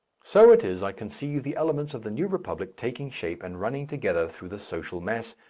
so it is i conceive the elements of the new republic taking shape and running together through the social mass,